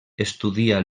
estudia